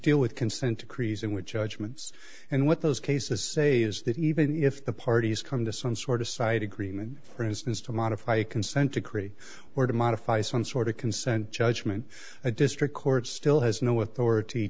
deal with consent decrees in which edge ment's and what those cases say is that even if the parties come to some sort of side agreement for instance to modify a consent decree or to modify some sort of consent judgment a district court still has no authority